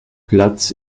platz